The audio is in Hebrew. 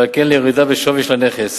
ועל כן לירידה בשווי של הנכס.